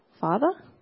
Father